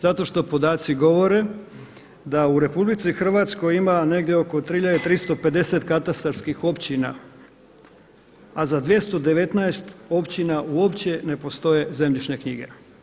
Zato što podaci govore da u RH ima negdje oko 3350 katastarskih općina a za 219 općina uopće ne postoje zemljišne knjige.